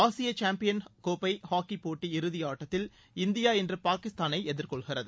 ஆசிய சாம்பியன் கோப்பை ஹாக்கிப் போட்டி இறதியாட்டத்தில் இந்தியா இன்று பாகிஸ்தானை எதிர்கொள்கிறது